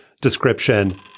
description